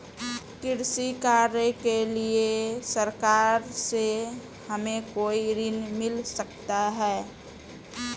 कृषि कार्य के लिए सरकार से हमें कोई ऋण मिल सकता है?